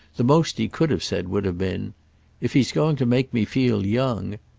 the most he could have said would have been if he's going to make me feel young!